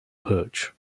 perch